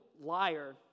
liar